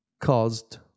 caused